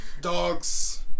dogs